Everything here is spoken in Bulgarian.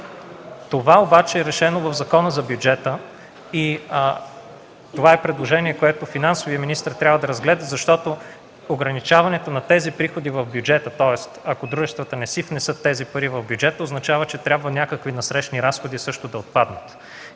Това обаче е решено в Закона за бюджета и е предложение, което финансовият министър трябва да разгледа, защото ограничаването на тези приходи в бюджета, тоест, ако дружествата не си внесат парите в бюджета, означава, че трябва също да отпаднат